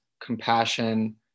compassion